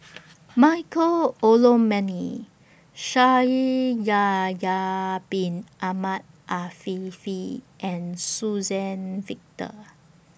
Michael Olcomendy Shaikh Yahya Bin Ahmed Afifi and Suzann Victor